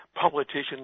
Politicians